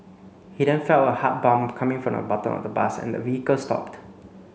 he then felt a hard bump coming from the bottom of the bus and the vehicle stopped